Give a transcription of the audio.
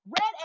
red